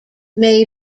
may